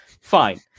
fine